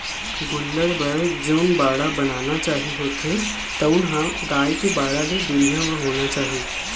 गोल्लर बर जउन बाड़ा बनाना चाही होथे तउन ह गाय के बाड़ा ले दुरिहा म होना चाही